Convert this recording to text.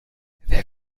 wer